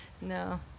No